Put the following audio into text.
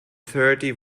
thirty